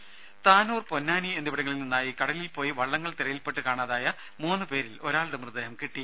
രുമ താനൂർ പൊന്നാനി എന്നിവിടങ്ങളിൽ നിന്നായി കടലിൽ പോയി വള്ളങ്ങൾ തിരയിൽപെട്ട് കാണാതായ മൂന്നു പേരിൽ ഒരാളുടെ മൃതദേഹം കിട്ടി